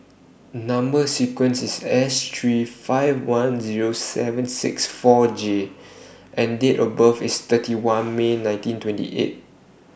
Number sequence IS S three five one Zero seven six four J and Date of birth IS thirty one May nineteen twenty eight